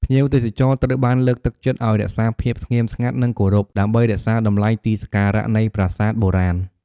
ភ្ញៀវទេសចរត្រូវបានលើកទឹកចិត្តឲ្យ រក្សាភាពស្ងាត់ស្ងៀម និងគោរព ដើម្បីរក្សាតម្លៃទីសក្ការៈនៃប្រាសាទបុរាណ។